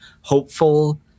hopeful